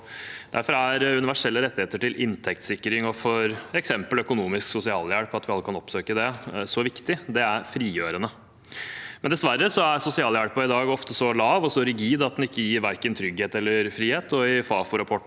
Derfor er universelle rettigheter til inntektssikring og f.eks. økonomisk sosialhjelp, og at vi alle kan oppsøke det, så viktig. Det er frigjørende. Dessverre er sosialhjelpen i dag ofte så lav og så rigid at den gir verken trygghet eller frihet. I Fafo-rapporten